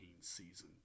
season